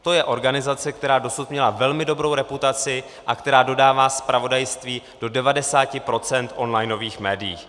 To je organizace, která dosud měla velmi dobrou reputaci a která dodává zpravodajství do 90 % onlinových médií.